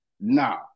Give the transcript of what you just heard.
Now